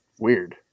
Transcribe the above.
Weird